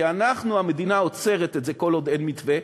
כי המדינה עוצרת את זה כל עוד אין מתווה.